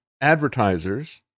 advertisers